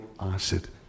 acid